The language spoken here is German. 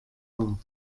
war